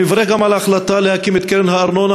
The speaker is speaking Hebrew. אני מברך גם על ההחלטה להקים את קרן הארנונה.